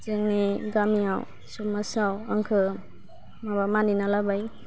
जोंनि गामियाव समाजाव आंखौ माबा मानिना लाबाय